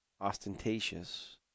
ostentatious